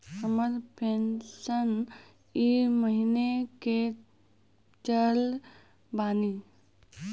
हमर पेंशन ई महीने के चढ़लऽ बानी?